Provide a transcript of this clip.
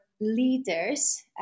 leaders